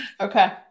Okay